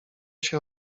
się